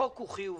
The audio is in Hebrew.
החוק הוא חיובי.